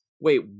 wait